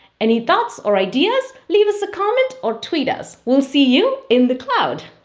any thoughts or ideas, leave us a comment or tweet us. we'll see you in the cloud.